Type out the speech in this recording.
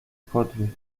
podwieźć